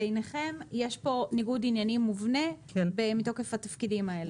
בעיניכם יש כאן ניגוד עניינים מובנה בתוקף התפקידים האלה.